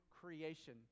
creation